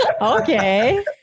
Okay